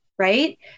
right